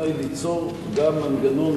אדוני השר והשרים,